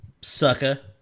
sucker